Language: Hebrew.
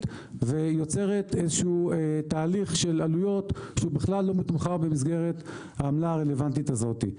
ויוצרת תהליך של עמלות שבכלל לא מתומחר במסגרת העמלה הרלוונטית הזאת.